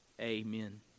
Amen